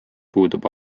puudub